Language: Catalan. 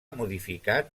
modificat